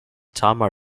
tama